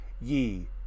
ye